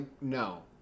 no